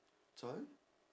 sorry